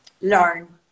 learn